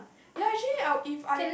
ya actually I if I